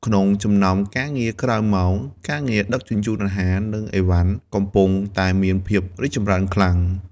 ក្នុងចំណោមការងារក្រៅម៉ោង ការងារដឹកជញ្ជូនអាហារ និងអីវ៉ាន់ កំពុងតែមានភាពរីកចម្រើនខ្លាំង។